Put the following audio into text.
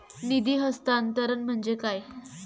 निधी हस्तांतरण म्हणजे काय?